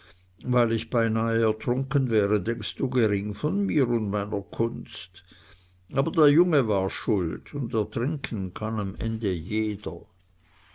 weil ich beinah ertrunken wäre denkst du gering von mir und meiner kunst aber der junge war schuld und ertrinken kann am ende jeder